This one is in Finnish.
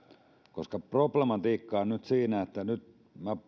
problematiikka on nyt siinä ja nyt minä